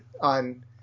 on